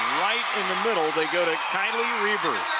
right in the middle they go to kylee rueber.